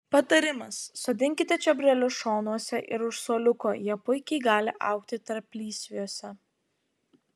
patarimas sodinkite čiobrelius šonuose ir už suoliuko jie puikiai gali augti tarplysviuose